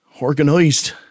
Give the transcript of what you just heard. Organized